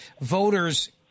voters